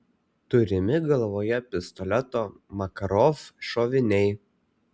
turimi galvoje pistoleto makarov šoviniai